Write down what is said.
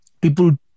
people